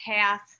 path